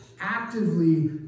actively